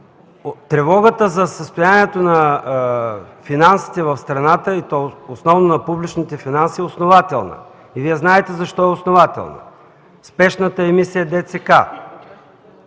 Тревогата за състоянието на финансите в страната, и то основно на публичните финанси, е основателна. Вие знаете защо е основателна – спешната емисия